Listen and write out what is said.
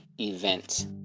event